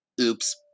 Oops